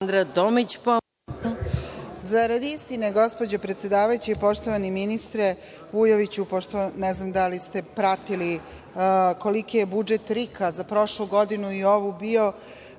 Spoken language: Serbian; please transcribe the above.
Tomić** Zarad istine gospođo predsedavajuća i poštovani ministre Vujoviću, pošto ne znam da li ste pratili koliki je budžet RIK za prošlu godinu i ovu bio.